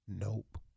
Nope